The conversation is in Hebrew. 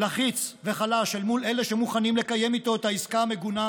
לחיץ וחלש אל מול אלה שמוכנים לקיים איתו את העסקה המגונה: